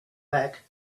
back